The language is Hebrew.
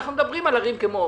אנחנו מדברים על ערים כמו אופקים,